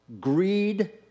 greed